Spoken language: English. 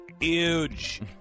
Huge